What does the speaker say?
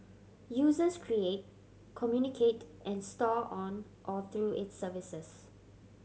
users create communicate and store on or through its services